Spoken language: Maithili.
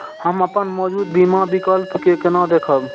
हम अपन मौजूद बीमा विकल्प के केना देखब?